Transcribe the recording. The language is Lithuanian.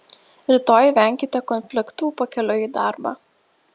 rytoj venkite konfliktų pakeliui į darbą